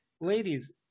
ladies